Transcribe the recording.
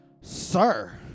sir